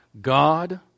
God